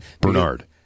Bernard